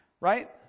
right